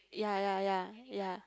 yea yea yea yea